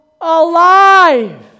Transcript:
alive